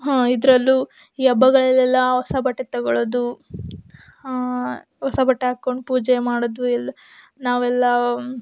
ಇದರಲ್ಲೂ ಈ ಹಬ್ಬಗಳಲ್ಲೆಲ್ಲ ಹೊಸ ಬಟ್ಟೆ ತಗೊಳ್ಳೋದು ಹೊಸ ಬಟ್ಟೆ ಹಾಕ್ಕೊಂಡ್ ಪೂಜೆ ಮಾಡೋದು ಎಲ್ಲ ನಾವೆಲ್ಲ